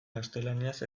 gaztelaniaz